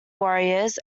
warriors